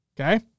okay